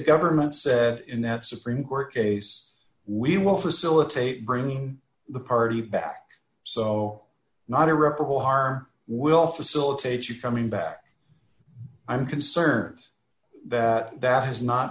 government said in that supreme court case we will facilitate bringing the party back so not irreparable harm will facilitate your coming back i'm concerned that that has not